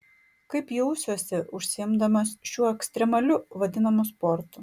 kaip jausiuosi užsiimdamas šiuo ekstremaliu vadinamu sportu